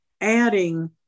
adding